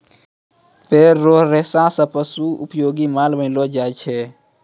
पेड़ रो रेशा से पशु उपयोगी माल बनैलो जाय छै